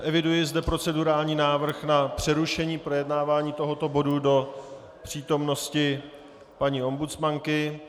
Eviduji zde procedurální návrh na přerušení projednávání tohoto bodu do přítomnosti paní ombudsmanky.